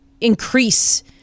increase